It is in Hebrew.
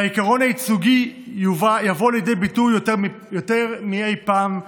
והעיקרון הייצוגי יבוא לידי ביטוי יותר מאי פעם,